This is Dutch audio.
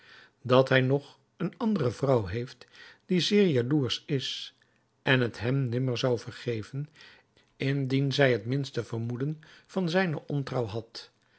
dat hij nog eene andere vrouw heeft die zeer jaloersch is en het hem nimmer zou vergeven indien zij het minste vermoeden van zijne ontrouw had